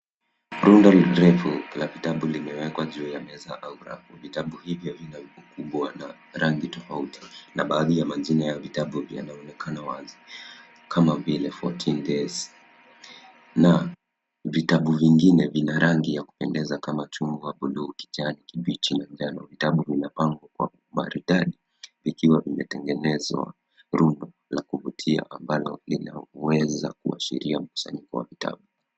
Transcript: Rundo refu la vitabu limewekwa juu ya meza au rafau. Vitabu hivyo vina ukubwa na rangi tofauti na baadhi ya majina ya vitabu yanaonekana wazi kama vile fourteen days na vitabu vingine vina rangi ya kupendeza kama chungwa, buluu, kijani kibichi. Vitabu vinapangwa kwa maridadi vikiwa vimetengeneza rundo la kuvutia ambalo ni la kuweza kuashiria mkusanyiko wa vitabu.